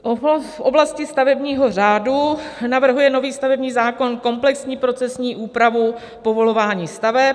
V oblasti stavebního řádu navrhuje nový stavební zákon komplexní procesní úpravu povolování staveb.